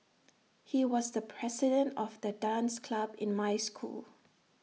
he was the president of the dance club in my school